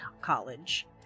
College